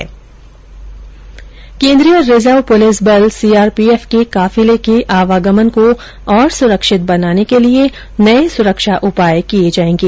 केन्द्रीय reserve police बल CRPF के काफिले के आवागमन को और स्रक्षित बनाने के लिए नए सुरक्षा उपाय किए जाएंगे